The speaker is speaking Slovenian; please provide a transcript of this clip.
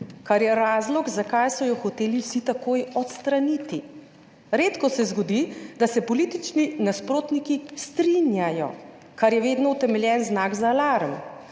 kar je razlog zakaj so jo hoteli vsi takoj odstraniti. Redko se zgodi, da se politični nasprotniki strinjajo, kar je vedno utemeljen znak za alarm,